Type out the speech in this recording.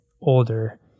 older